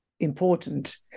important